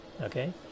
okay